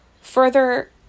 further